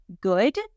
good